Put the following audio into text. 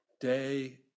day